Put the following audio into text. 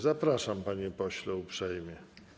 Zapraszam, panie pośle, uprzejmie.